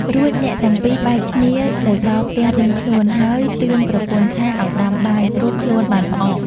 រួចអ្នកទាំងពីរបែកគ្នាទៅដល់ផ្ទះរៀងខ្លួន ហើយតឿនប្រពន្ធថាឲ្យដាំបាយព្រោះខ្លួនបានផ្អក។